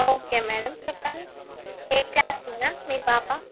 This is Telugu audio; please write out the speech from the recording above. ఓకే మేడం చెప్పండి ఏ క్లాస్ మేడం మీ పాప